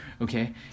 okay